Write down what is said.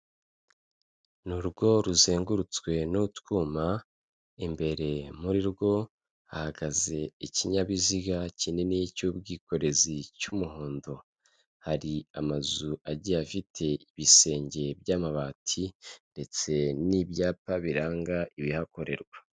Ni urugo ruzengurutswe n'utwuma, imbere muri rwo hahagaze ikinyabiziga kinini cy'ubwikorezi cy'umuhondo, hari amazu agiye afite ibisenge by'amabati ndetse n'ibyapa biranga ibihakorerwa.